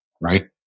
Right